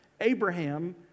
Abraham